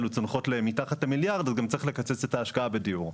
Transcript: צונחות למתחת למיליארד אז צריך לקצץ מההשקעה בדיור.